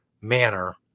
manner